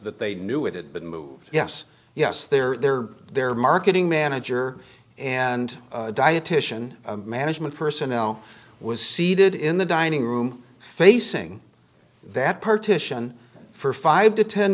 that they knew it had been moved yes yes there their marketing manager and dietitian management personnel was seated in the dining room facing that partition for five to ten